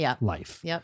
life